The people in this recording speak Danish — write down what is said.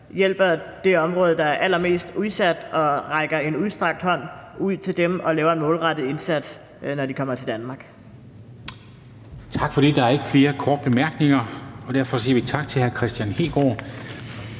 hjælper det område, der er allermest udsat, rækker en udstrakt hånd ud til dem og laver en målrettet indsats, når de kommer til Danmark. Kl. 17:03 Formanden (Henrik Dam Kristensen): Tak for det. Der er ikke flere korte bemærkninger, og derfor siger vi tak til hr. Kristian Hegaard.